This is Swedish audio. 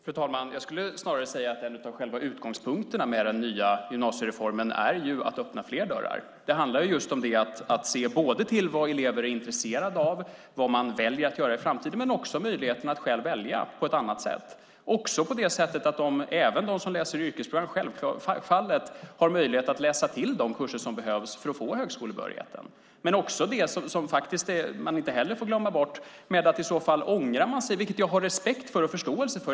Fru talman! Jag skulle snarare säga att en av själva utgångspunkterna för den nya gymnasiereformen är att man ska öppna fler dörrar. Det handlar just om att se till vad elever är intresserade av, vad de väljer att göra i framtiden. Men det handlar också om möjligheten att själv välja på ett annat sätt. Även de som läser yrkesprogram har självfallet möjlighet att läsa till de kurser som behövs för att de ska få högskolebehörigheten. Man får inte heller glömma bort att man kan ångra sig, vilket jag har respekt för och förståelse för.